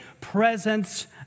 presence